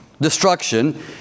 destruction